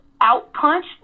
out-punch